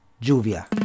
Juvia